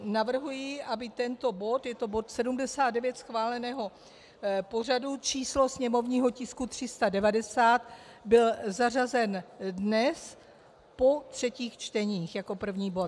Navrhuji, aby ten bod, je to bod 79 schváleného pořadu, číslo sněmovního tisku 390, byl zařazen dnes po třetích čteních jako první bod.